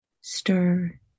stir